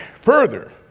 further